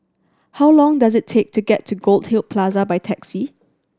how long does it take to get to Goldhill Plaza by taxi